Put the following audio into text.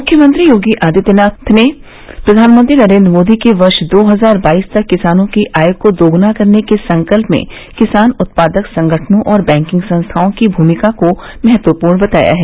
मुख्यमंत्री योगी आदित्यनाथ ने प्रधानमंत्री नरेंद्र मोदी के वर्ष दो हजार बाईस तक किसानों की आय को दोगुना करने के संकल्प में किसान उत्पादक संगठनों और बैंकिंग संस्थाओं की भूमिका को महत्वपूर्ण बताया है